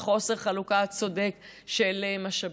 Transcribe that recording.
על חוסר חלוקה צודק של משאבים.